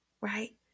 right